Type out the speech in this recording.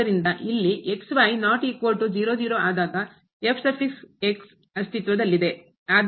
ಆದ್ದರಿಂದ ಇಲ್ಲಿ ಆದಾಗ ಅಸ್ತಿತ್ವದಲ್ಲಿದೆ